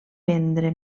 prendre